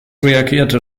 reagierte